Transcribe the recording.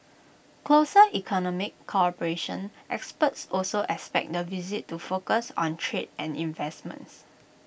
closer economic cooperation experts also expect the visit to focus on trade and investments